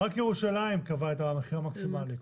ירושלם קבעה את המחיר המקסימאלי,